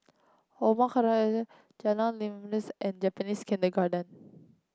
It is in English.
Omar Khayyam Jalan Limau and Japanese Kindergarten